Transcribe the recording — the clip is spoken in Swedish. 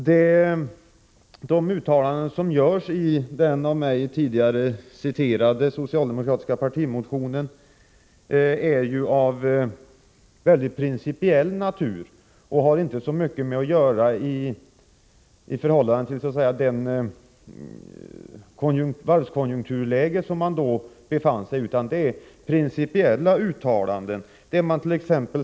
De uttalanden som görs i den av mig tidigare refererade socialdemokratiska partimotionen är ju av principiell natur och har inte så mycket att göra med det dåvarande varvskonjunkturläget, utan är som sagt principiella. Där sägst.ex.